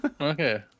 Okay